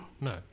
no